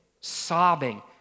sobbing